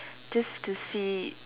just to see